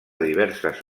diverses